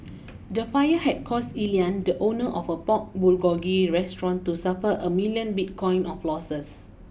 the fire had caused Elian the owner of a Pork Bulgogi restaurant to suffer a million Bitcoin of losses